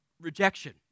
Rejection